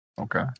okay